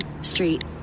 Street